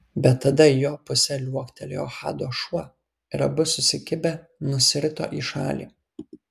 bet tada į jo pusę liuoktelėjo hado šuo ir abu susikibę nusirito į šalį